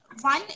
one